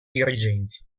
dirigenza